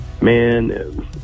man